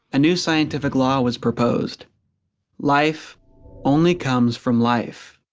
a new scientific law was proposed life only comes from life.